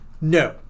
No